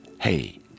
hey